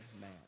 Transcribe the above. man